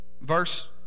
verse